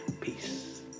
peace